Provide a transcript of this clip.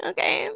Okay